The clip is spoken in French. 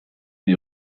des